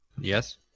Yes